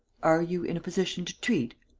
are you in a position to treat,